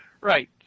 Right